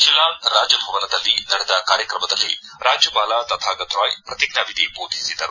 ಶಿಲ್ಲಾಂಗ್ ರಾಜಭವನದಲ್ಲಿ ನಡೆದ ಕಾರ್ಯಕ್ರಮದಲ್ಲಿ ರಾಜ್ಯಪಾಲ ತಥಾಗತ್ ರಾಯ್ ಪ್ರತಿಜ್ಲಾ ವಿಧಿ ದೋಧಿಸಿದರು